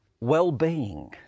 well-being